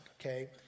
Okay